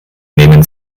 nehmen